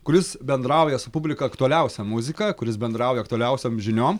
kuris bendrauja su publika aktualiausia muzika kuris bendrauja aktualiausiom žiniom